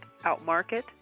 Outmarket